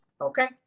Okay